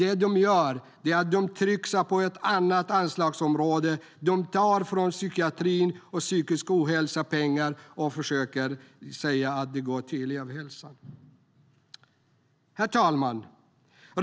Det de gör är att tricksa på ett annat anslagsområde - de tar pengar från psykiatrin och den psykiska ohälsan och försöker säga att det går till elevhälsan. Herr talman!